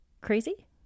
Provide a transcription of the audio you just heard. crazy